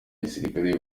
gisirikare